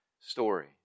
story